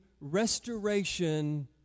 restoration